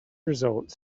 results